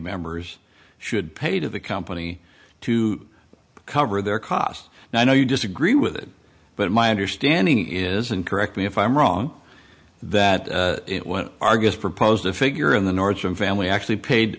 members should pay to the company to cover their costs now i know you disagree with it but my understanding is and correct me if i'm wrong that it when our guest proposed a figure in the north and family actually paid